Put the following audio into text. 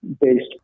based